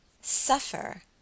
Suffer